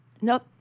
Nope